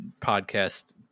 podcast